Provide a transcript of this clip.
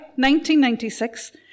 1996